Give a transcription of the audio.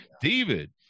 david